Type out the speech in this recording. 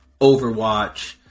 Overwatch